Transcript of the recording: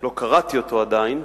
לא קראתי אותו עדיין,